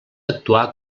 actuar